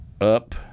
up